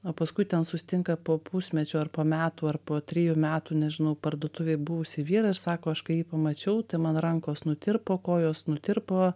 o paskui ten susitinka po pusmečio ar po metų ar po trijų metų nežinau parduotuvėj buvusį vyrą ir sako aš kai jį pamačiau tai man rankos nutirpo kojos nutirpo